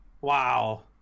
Wow